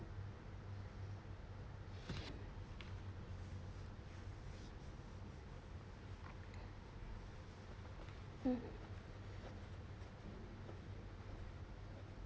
mm